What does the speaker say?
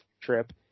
trip